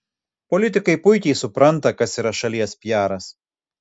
politikai puikiai supranta kas yra šalies piaras